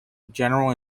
general